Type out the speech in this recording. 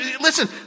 listen